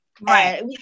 right